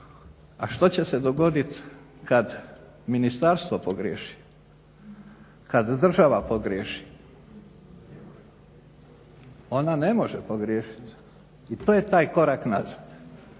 A što će se dogodit kad ministarstvo pogriješi, kad država pogriješi? Ona ne može pogriješit i to je taj korak nazad.